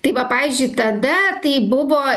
tai va pavyzdžiui tada tai buvo